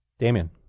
Damien